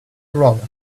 aroma